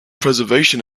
preservation